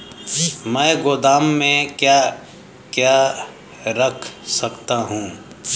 मैं गोदाम में क्या क्या रख सकता हूँ?